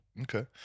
Okay